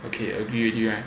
okay agreed already right